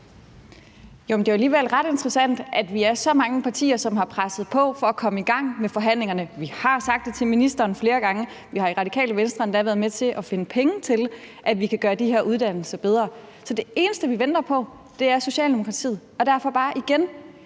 Det er jo alligevel ret interessant, at vi er så mange partier, som har presset på for at komme i gang med forhandlingerne. Vi har sagt det til ministeren flere gange. Vi har i Radikale Venstre endda været med til at finde penge til, at vi kan gøre de her uddannelser bedre. Så det eneste, vi venter på, er Socialdemokratiet. Og derfor vil jeg